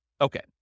Okay